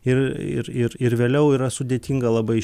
ir ir ir ir vėliau yra sudėtinga labai